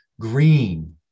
green